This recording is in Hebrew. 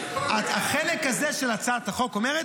החלק הזה של הצעת החוק אומר,